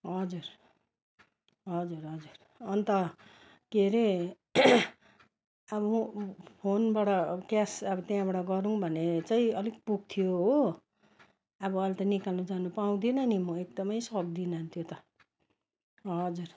हजुर हजुर हजुर अन्त के हरे अब फोनबाट क्यास अब त्यहाँबाट गरौँ भने चाहिँ अलिक पुग्थ्यो हो अब अन्त निकाल्नु जानु पाउँदिनँ नि म एकदमै सक्दिनँ त्यो त हजुर